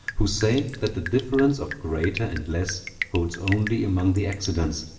who say that the difference of greater and less holds only among the accidents,